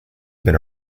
been